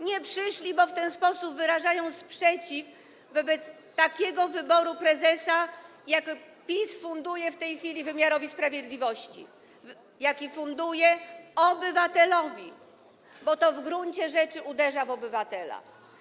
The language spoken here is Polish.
Nie przyszli, bo w ten sposób wyrażają sprzeciw wobec takiego wyboru prezesa, jaki PiS funduje w tej chwili wymiarowi sprawiedliwości, jaki funduje obywatelowi, bo to w gruncie rzeczy uderza w obywatela.